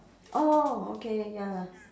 orh okay ya